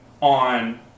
on